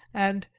and,